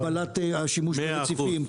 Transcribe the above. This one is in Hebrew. הגבלת השימוש ברציפים,